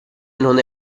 non